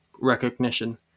recognition